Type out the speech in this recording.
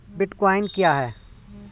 Bitcoin क्या है?